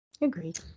agreed